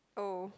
oh